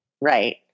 Right